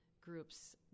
groups